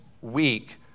week